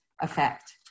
effect